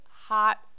hot